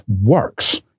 works